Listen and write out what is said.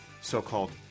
so-called